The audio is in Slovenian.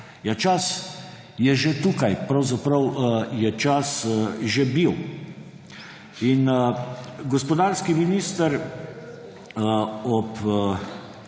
čas je že tukaj, pravzaprav je čas že bil. Gospodarski minister ob